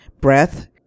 breath